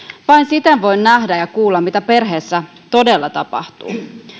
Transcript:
vain siten voi nähdä ja kuulla mitä perheessä todella tapahtuu